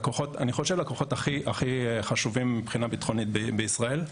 אני חושב שהלקוחות הכי חשובים מבחינה ביטחונית בישראל,